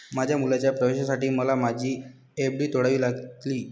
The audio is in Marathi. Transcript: माझ्या मुलाच्या प्रवेशासाठी मला माझी एफ.डी तोडावी लागली